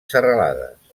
serralades